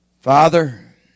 Father